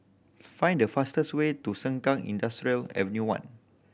find the fastest way to Sengkang Industrial Avenue One